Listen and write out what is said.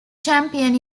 champion